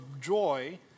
joy